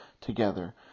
together